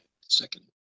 Second